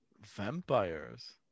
Vampires